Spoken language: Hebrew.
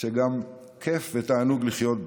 שגם כיף ותענוג לחיות בה,